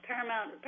Paramount